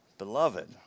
Beloved